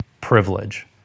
privilege